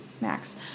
Max